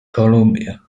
columbia